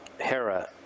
Hera